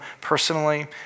personally